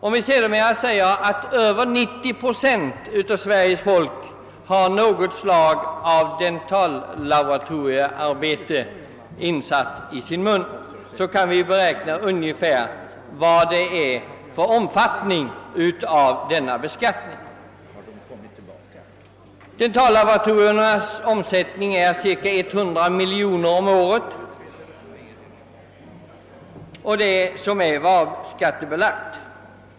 Om vi dessutom vet att över 90 procent av Sveriges folk har något slag av dentallaboratoriearbete insatt i sin mun, kan vi beräkna den ungefärliga omfattningen av denna beskattning. Dentallaboratoriernas <varuskattebelagda omsättning är cirka 100 miljoner kronor om året.